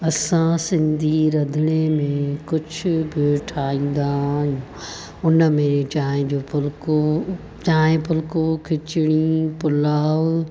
असां सिंधी रंधिणे में कुझु बि ठाहींदा आयूं हुन में चांहि जो फुलिको चांहि फुलिको खिचड़ी पुलाउ